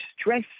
stress